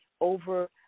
over